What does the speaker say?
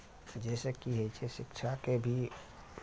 जाहि से की होइ छै शिक्षाके भी